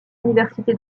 université